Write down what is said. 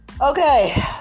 Okay